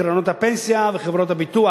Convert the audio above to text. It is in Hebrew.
קרנות הפנסיה וחברות הביטוח.